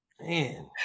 man